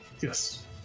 Yes